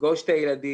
לפגוש את הילדים.